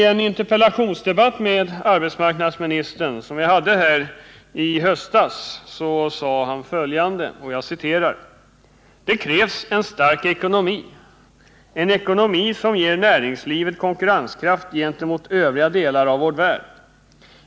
I en interpellationsdebatt med arbetsmarknadsministern som jag hade i höstas sade han följande: ”Det krävs en stark ekonomi, en ekonomi som ger näringslivet konkurrenskraft gentemot övriga delar av vår värld.